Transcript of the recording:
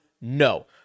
No